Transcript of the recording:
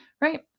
Right